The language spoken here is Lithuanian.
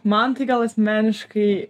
man tai gal asmeniškai